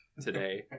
today